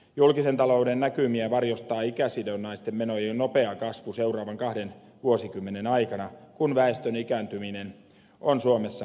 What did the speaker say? julkisen talouden näkymiä varjostaa ikäsidonnaisten menojen nopea kasvu seuraavan kahden vuosikymmenen aikana kun väestön ikääntyminen on suomessa euroopan nopeinta